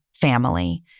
family